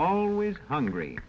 always hungry